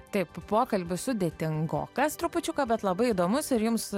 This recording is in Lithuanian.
taip pokalbis sudėtingokas trupučiuką bet labai įdomus ir jums